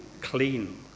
clean